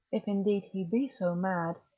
if indeed he be so mad,